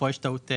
פה יש טעות,